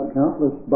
countless